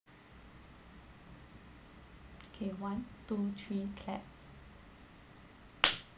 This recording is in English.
okay one two three clap